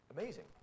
amazing